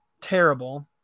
terrible